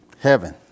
Heaven